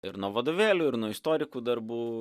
ir nuo vadovėlių ir nuo istorikų darbų